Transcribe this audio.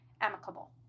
amicable